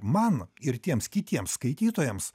man ir tiems kitiems skaitytojams